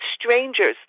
strangers